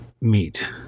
meet